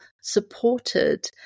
supported